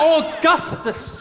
Augustus